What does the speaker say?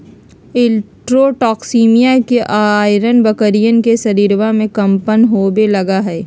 enterotoxaemia के अआरण बकरियन के शरीरवा में कम्पन होवे लगा हई